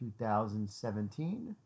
2017